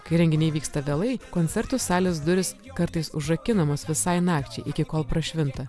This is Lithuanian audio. kai renginiai vyksta vėlai koncertų salės duris kartais užrakinamos visai nakčiai iki kol prašvinta